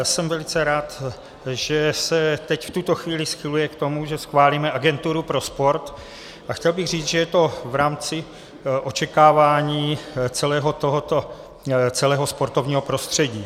Jsem velice rád, že se teď v tuto chvíli schyluje k tomu, že schválíme agenturu pro sport, a chtěl bych říct, že je to v rámci očekávání celého sportovního prostředí.